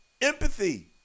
Empathy